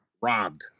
Robbed